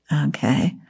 Okay